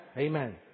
Amen